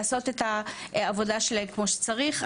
לעשות את העבודה שלהם כמו שצריך.